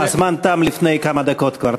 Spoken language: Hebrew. הזמן תם לפני כמה דקות כבר.